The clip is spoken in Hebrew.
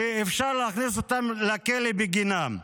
שאפשר להכניס אותם לכלא בגינן.